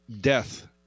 death